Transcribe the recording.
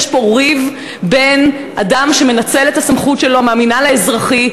יש פה ריב בין אדם שמנצל את הסמכות שלו מהמינהל האזרחי,